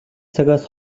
цагаас